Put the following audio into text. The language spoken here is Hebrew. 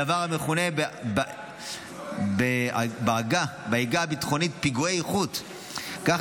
דבר המכונה בעגה הביטחונית "פיגועי איכות" כך